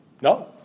No